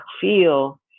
feel